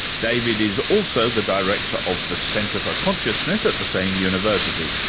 david is also the director of the centre for consciousness at the same university.